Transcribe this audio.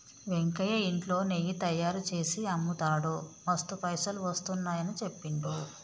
వెంకయ్య ఇంట్లో నెయ్యి తయారుచేసి అమ్ముతాడు మస్తు పైసలు వస్తున్నాయని చెప్పిండు